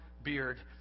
Beard